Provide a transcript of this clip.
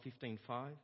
15:5